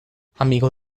amigo